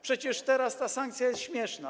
Przecież teraz ta sankcja jest śmieszna.